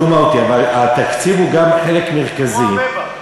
דו-מהותי, אבל התקציב הוא גם חלק מרכזי, כמו אמבה.